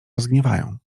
rozgniewają